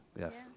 Yes